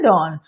on